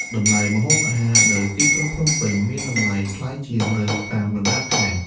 តម្លៃម្ហូបអាហារនៅទីក្រុងភ្នំពេញមានតម្លៃថ្លៃជាងនៅតាមបណ្តាខេត្ត។